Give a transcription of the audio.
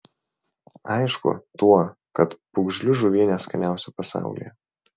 aišku tuo kad pūgžlių žuvienė skaniausia pasaulyje